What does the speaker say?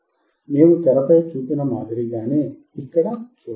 మేము తెరపై చూసిన మాదిరిగానే ఇక్కడ చూడవచ్చు